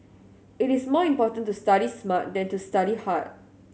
it is more important to study smart than to study hard